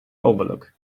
overlook